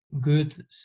good